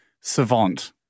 savant